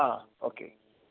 ആ ഓക്കെ